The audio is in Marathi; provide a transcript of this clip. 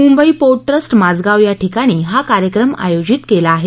मुंबई पोर्ट ट्रस्ट माझगाव याठिकाणी हा कार्यक्रम आयोजित केला आहे